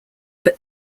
but